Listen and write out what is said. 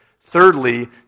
Thirdly